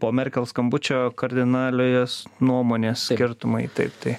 po merkel skambučio kardinalios nuomonės skirtumai taip tai